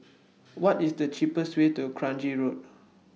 What IS The cheapest Way to Kranji Road